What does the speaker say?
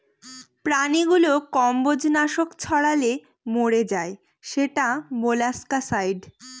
প্রাণীগুলো কম্বজ নাশক ছড়ালে মরে যায় সেটা মোলাস্কাসাইড